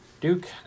duke